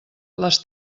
les